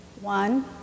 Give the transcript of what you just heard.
One